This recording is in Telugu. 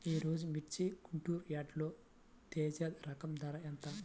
ఈరోజు మిర్చి గుంటూరు యార్డులో తేజ రకం ధర ఎంత?